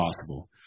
possible